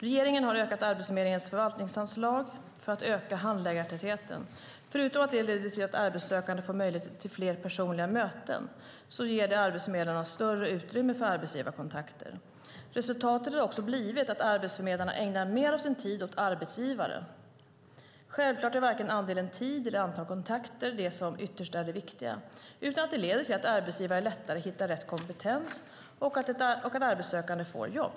Regeringen har ökat Arbetsförmedlingens förvaltningsanslag för att öka handläggartätheten. Förutom att det leder till att arbetssökande får möjlighet till fler personliga möten ger det arbetsförmedlarna större utrymme för arbetsgivarkontakter. Resultatet har också blivit att arbetsförmedlare ägnar mer av sin tid åt arbetsgivare. Självklart är varken andelen tid eller antalet kontakter det som ytterst är det viktiga, utan att det leder till att arbetsgivare lättare hittar rätt kompetens och att arbetssökande får jobb.